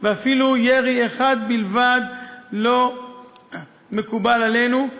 ואפילו ירי אחד בלבד לא מקובל עלינו.